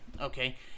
okay